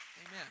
Amen